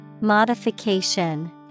Modification